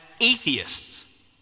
atheists